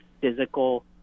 physical